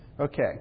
Okay